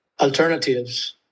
alternatives